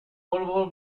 polvo